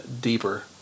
deeper